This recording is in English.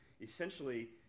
essentially